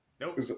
Nope